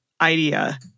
Idea